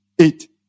Eight